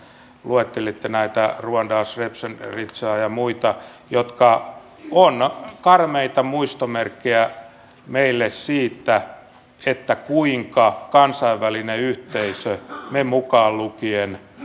luettelitte näitä ruandaa srebrenicaa ja muita jotka ovat karmeita muistomerkkejä meille siitä että kansainvälinen yhteisö me mukaan lukien